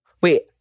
Wait